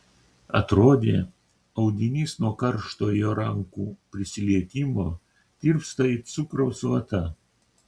atrodė audinys nuo karšto jo rankų prisilietimo tirpsta it cukraus vata